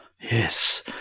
Yes